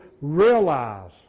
realize